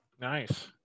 nice